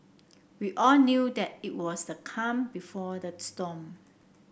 we all knew that it was the calm before the storm